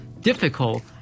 difficult